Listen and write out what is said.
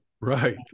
Right